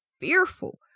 fearful